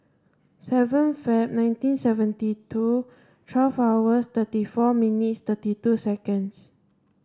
seven Feb nineteen seventy two twelve hours thirty four minutes thirty two seconds